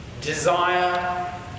desire